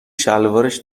شلوارش